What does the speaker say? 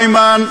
איימן,